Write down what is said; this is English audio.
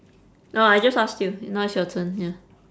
oh I just asked you now it's your turn ya